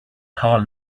tall